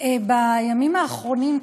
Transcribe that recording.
בימים האחרונים,